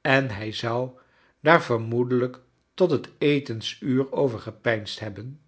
en hij zou daar vermoedelijk tot het etensuur over gepeinsd hebben